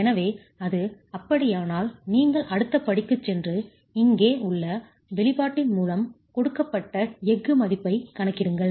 எனவே அது அப்படியானால் நீங்கள் அடுத்த படிக்குச் சென்று இங்கே உள்ள வெளிப்பாட்டின் மூலம் கொடுக்கப்பட்ட எஃகு பகுதியைக் கணக்கிடுங்கள்